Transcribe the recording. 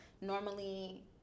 Normally